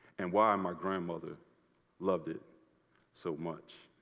and why my grandmother loved it so much.